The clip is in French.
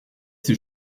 ses